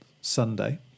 Sunday